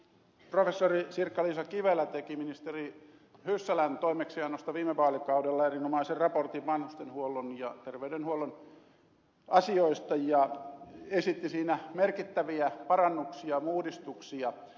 professori sirkka liisa kivelä teki ministeri hyssälän toimeksiannosta viime vaalikaudella erinomaisen raportin vanhustenhuollon ja terveydenhuollon asioista ja esitti siinä merkittäviä parannuksia ja uudistuksia